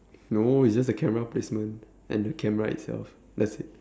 no is just the camera placement and the camera itself that's it